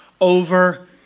over